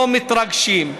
לא מתרגשים.